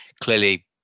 Clearly